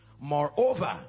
Moreover